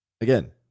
Again